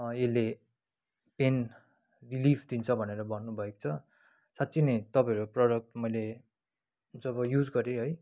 यसले pain relief दिन्छ भनेर भन्नुभएको छ साँच्ची नै तपाईँहरूको प्रोडक्ट मैले जब युज गरेँ है